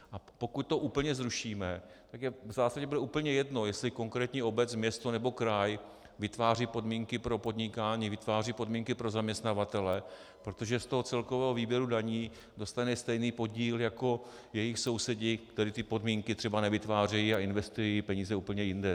A pokud to úplně zrušíme, tak bude v zásadě úplně jedno, jestli konkrétní obec, město nebo kraj vytváří podmínky pro podnikání, vytváří podmínky pro zaměstnavatele, protože z toho celkového výběru daní dostane stejný podíl jako jejich sousedi, kteří ty podmínky třeba nevytvářejí a investují peníze úplně jinde.